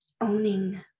Owning